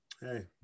Hey